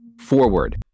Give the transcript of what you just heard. forward